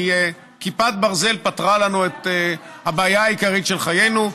כי כיפת ברזל פתרה לנו את הבעיה העיקרית של חיינו,